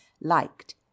liked